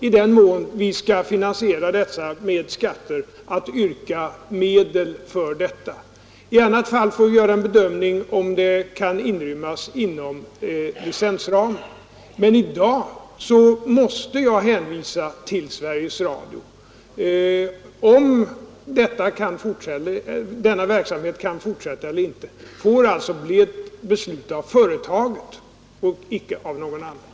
I den mån vi skall finansiera denna verksamhet med skatter kommer vi också att yrka medel för den. I annat fall får vi göra en bedömning av om lokalradion kan inrymmas inom licensmedelsramen. Men i dag måste jag hänvisa till Sveriges Radio. Om denna verksamhet kan fortsätta eller inte får alltså bero på ett beslut av företaget och inte av någon annan.